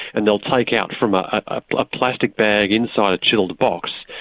and they'll take out from a ah ah plastic bag inside-chilled box,